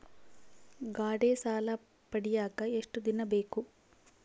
ಗಾಡೇ ಸಾಲ ಪಡಿಯಾಕ ಎಷ್ಟು ದಿನ ಬೇಕು?